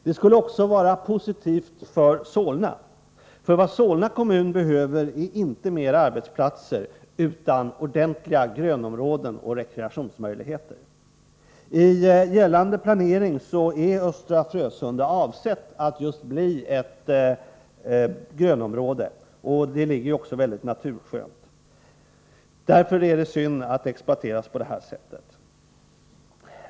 Det skulle också vara positivt för Solna, för vad Solna kommun behöver är inte flera arbetsplatser utan ordentliga grönområden och rekreationsmöjligheter. Enligt gällande planering är Östra Frösunda avsett att bli just ett grönområde. Det ligger också mycket naturskönt. Därför är det synd att det exploateras på detta sätt.